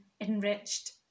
enriched